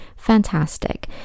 fantastic